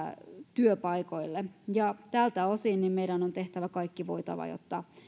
työpaikoille tältä osin meidän on tehtävä kaikki voitava jotta